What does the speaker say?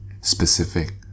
specific